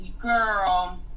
Girl